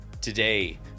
Today